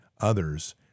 others